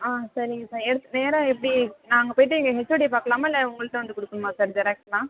ஆம் சரிங்க சார் எடுத்து நேராக எப்படி நான் அங்கே போயிட்டு ஹெச்ஓடியை பார்க்கலாமா இல்லை உங்கள்கிட்ட வந்து கொடுக்கணுமா சார் ஜெராக்ஸ்லாம்